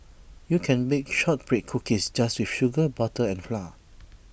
you can bake Shortbread Cookies just with sugar butter and flour